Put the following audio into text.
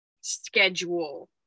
schedule